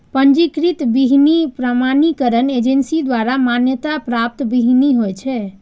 पंजीकृत बीहनि प्रमाणीकरण एजेंसी द्वारा मान्यता प्राप्त बीहनि होइ छै